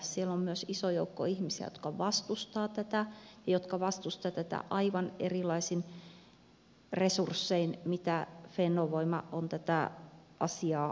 siellä on myös iso joukko ihmisiä jotka vastustavat tätä ja jotka vastustavat tätä aivan erilaisin resurssein kuin fennovoima on tätä asiaa ajanut